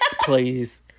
Please